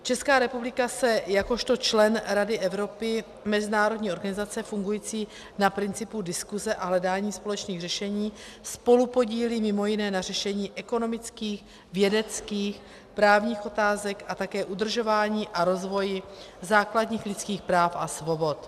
Česká republika se jakožto člen Rady Evropy, mezinárodní organizace fungující na principu diskuse a hledání společných řešení, spolupodílí mimo jiné na řešení ekonomických, vědeckých, právních otázek a také udržování a rozvoji základních lidských práv a svobod.